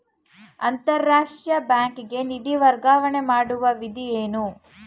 ಅಂತಾರಾಷ್ಟ್ರೀಯ ಬ್ಯಾಂಕಿಗೆ ನಿಧಿ ವರ್ಗಾವಣೆ ಮಾಡುವ ವಿಧಿ ಏನು?